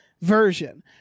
version